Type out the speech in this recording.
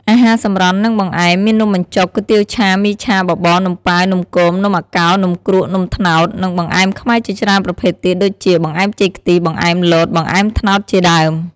អាហារសម្រន់ និងបង្អែម មាននំបញ្ចុក គុយទាវឆា មីឆា បបរ នំប៉ាវ នំគម នំអាកោ នំគ្រក់ នំត្នោត និងបង្អែមខ្មែរជាច្រើនប្រភេទទៀត ដូចជា បង្អែមចេកខ្ទិះ បង្អែមលត បង្អែមត្នោតជាដើម។